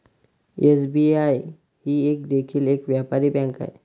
SBI ही देखील एक व्यापारी बँक आहे